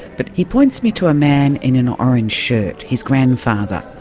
but he points me to a man in an orange shirt, his grandfather.